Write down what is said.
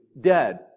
dead